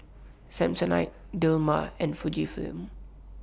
Samsonite Dilmah and Fujifilm